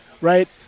right